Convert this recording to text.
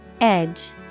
Edge